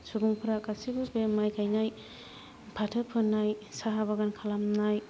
सुबुंफोरा गासैबो बे माइ गायनाय फाथो फोनाय साहा बागान खालामनाय